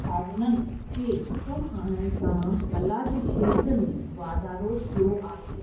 साधननि खे कमु आणण सां कला जे क्षेत्र में वाधारो थियो आहे